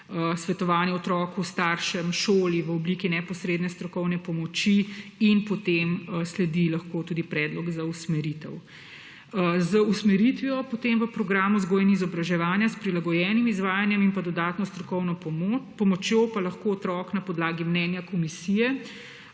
svetovanje otroku, staršem, šoli v obliki neposredne strokovne pomoči. In potem sledi lahko tudi predlog za usmeritev. Z usmeritvijo potem v program vzgoje in izobraževanja s prilagojenim izvajanjem in z dodatno strokovno pomočjo pa lahko otrok na podlagi mnenja komisije